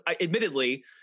admittedly